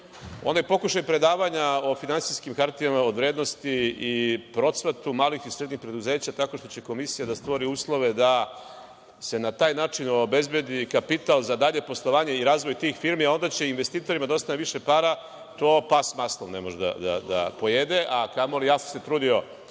pokušaj predavanja o finansijskim hartijama od vrednosti i procvatu malih i srednjih preduzeća tako što će Komisija da stvori uslove da se na taj način obezbedi kapital za dalje poslovanje i razvoj tih firmi, a onda će investitorima da ostane više para, to pas s maslom ne može da pojede, a kamoli, ja sam se trudio